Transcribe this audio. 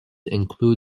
include